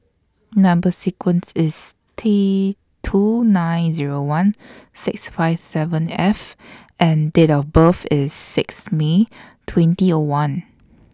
Number sequence IS T two nine Zero one six five seven F and Date of birth IS six May twenty one